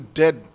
dead